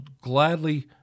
gladly